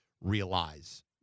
realize